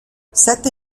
sette